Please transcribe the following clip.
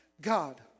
God